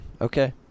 okay